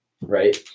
right